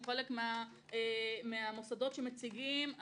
או חלק מהמוסדות שמציגים,